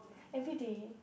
everyday